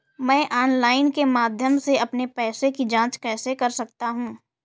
मैं ऑनलाइन के माध्यम से अपने पैसे की जाँच कैसे कर सकता हूँ?